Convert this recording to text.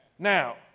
Now